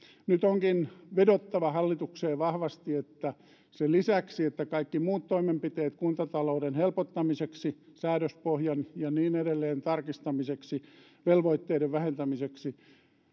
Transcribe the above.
nyt onkin vedottava hallitukseen vahvasti että sen lisäksi että kaikki muut toimenpiteet kuntatalouden helpottamiseksi säädöspohjan ja niin edelleen tarkistamiseksi velvoitteiden vähentämiseksi